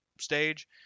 stage